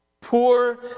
Poor